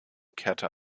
kehrte